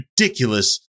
ridiculous